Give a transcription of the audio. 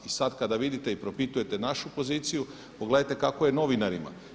I sada kada vidite i propitujete našu poziciju pogledajte kako je novinarima.